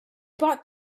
bought